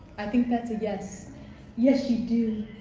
i think that's a yes, yes you do.